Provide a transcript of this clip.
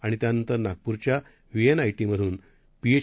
आणि त्यानंतर नागपूरच्या व्हीएनआयटीतून पीएच